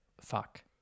fuck